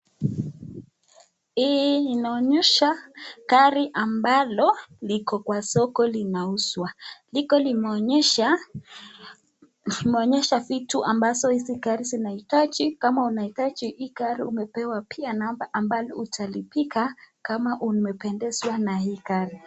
Hii inaonyesha gari ambalo liko kwa soko linauzwa, liko limeonyesha vitu ambazo hizi gari zinahitaji, kama unahitaji hii gari umepewa pia namba ambalo utalipiga kama umependezwa na hii gari.